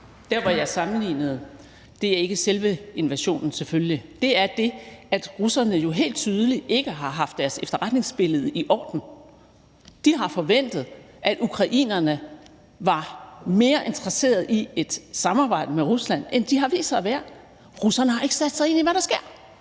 Der, hvor jeg sammenlignede det, var ikke i forhold til selve invasionen – selvfølgelig. Det er det, at russerne jo helt tydeligt ikke har haft deres efterretningsbillede i orden. De har forventet, at ukrainerne var mere interesseret i et samarbejde med Rusland, end de har vist sig at være. Russerne har ikke sat sig ind i, hvad der sker.